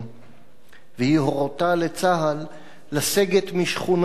והיא הורתה לצה"ל לסגת משכונות בחברון